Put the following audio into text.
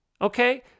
Okay